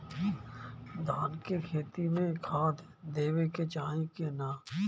धान के खेती मे खाद देवे के चाही कि ना?